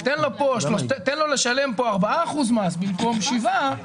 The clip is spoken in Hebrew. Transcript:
תן לו לשלם כאן ארבעה אחוזים מס במקום שבעה,